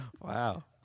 Wow